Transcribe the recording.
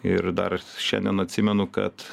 ir dar šiandien atsimenu kad